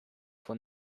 von